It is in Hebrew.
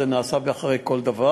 זה נעשה כך בכל דבר,